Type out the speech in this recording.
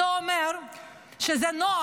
זה אומר שכשזה נוח,